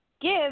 Give